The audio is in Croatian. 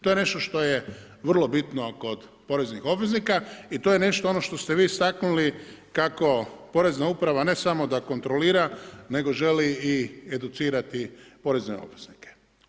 To je nešto što je vrlo bitno kod poreznih obveznika i to je ono što ste vi istaknuli kako porezna uprava, ne samo da kontrolira, nego želi i educirati porezne obveznike.